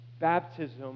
Baptism